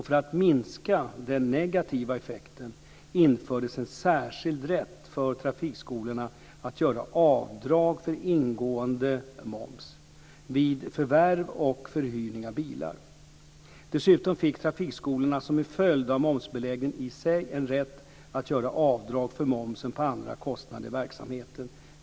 För att minska den negativa effekten infördes en särskild rätt för trafikskolorna att göra avdrag för ingående moms vid förvärv och förhyrning av bilar. Dessutom fick trafikskolorna som en följd av momsbeläggningen i sig en rätt att göra avdrag för momsen på andra kostnader i verksamheten.